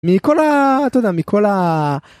מכל ה... אתה יודע, מכל ה...